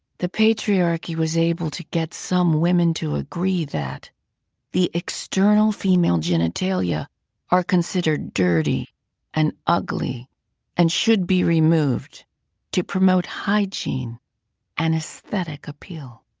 the patriarchy was able to get some women to agree that the external female genitalia are considered dirty and ugle and should be removed to promote hygiene and aesthetic appeal.